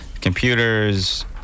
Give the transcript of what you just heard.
computers